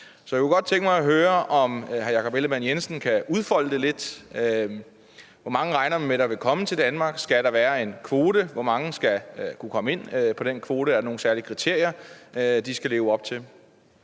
Så jeg kunne godt tænke mig at høre, om hr. Jakob Ellemann-Jensen kan udfolde det lidt: Hvor mange regner man med vil komme til Danmark, skal der være en kvote, hvor mange skal kunne komme ind på den kvote, og er der nogen særlige kriterier, de skal leve op til?